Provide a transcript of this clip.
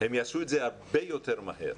הם יעשו את זה הרבה יותר מהר.